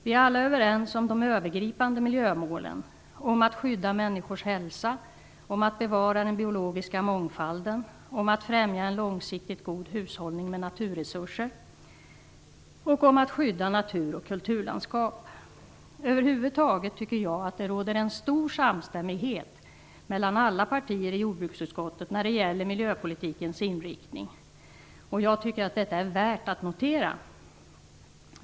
Vi är alla överens om de övergripande miljömålen: Att skydda människors hälsa, att bevara den biologiska mångfalden, att främja en långsiktigt god hushållning med naturresurser och att skydda natur och kulturlandskap. Över huvud taget tycker jag att det råder en stor samstämmighet mellan alla partier i jordbruksutskottet när det gäller miljöpolitikens inriktning, vilket är värt att notera.